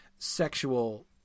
sexual